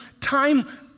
time